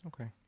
Okay